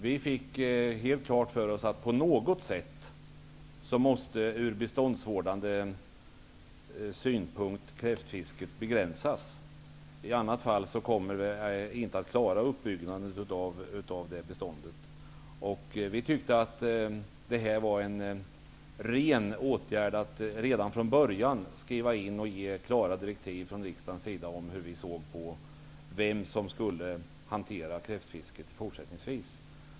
Vi fick helt klart för oss att kräftfisket måste begränsas på något sätt ur beståndsvårdande synpunkt. I annat fall kommer vi inte att klara uppbyggnaden av beståndet. Vi tycker att det är en ren åtgärd att redan från början skriva in och ge klara direktiv från riksdagens sida om hur vi ser på dem som skall hantera kräftfisket i fortsättningen.